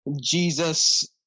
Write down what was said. Jesus